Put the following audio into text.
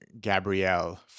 Gabrielle